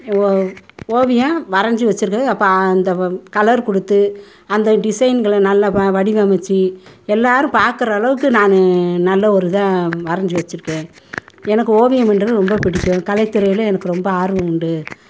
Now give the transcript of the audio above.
ஓ ஓவியம் வரைஞ்சு வச்சுருக்குறது அப்போ அந்த கலர் கொடுத்து அந்த டிசைன்களை நல்லா வ வடிவமைச்சு எல்லாரும் பார்க்குற அளவுக்கு நான் நல்ல ஒரு இதாக வரைஞ்சு வச்சுருக்கேன் எனக்கு ஓவியம்ன்றது ரொம்ப பிடிக்கும் கலைத்துறையில் எனக்கு ரொம்ப ஆர்வம் உண்டு